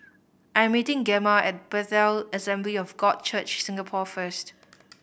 I'm meeting Gemma at Bethel Assembly of God Church Singapore first